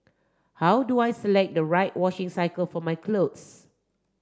how do I select the right washing cycle for my clothes